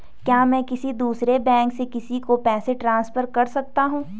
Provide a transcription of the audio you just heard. क्या मैं किसी दूसरे बैंक से किसी को पैसे ट्रांसफर कर सकता हूँ?